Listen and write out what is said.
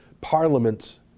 Parliament